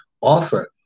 offer